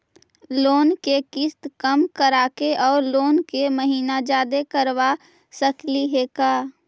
Loan के किस्त कम कराके औ लोन के महिना जादे करबा सकली हे का?